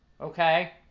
Okay